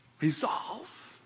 resolve